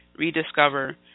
Rediscover